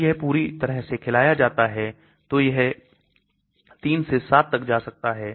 जब यह पूरी तरह से खिलाया जाता है तो यह 3 से 7 तक जा सकता है